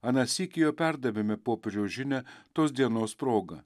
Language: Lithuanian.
aną sykį jau perdavėme popiežiaus žinią tos dienos proga